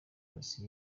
polisi